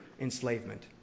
Enslavement